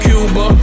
Cuba